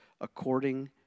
according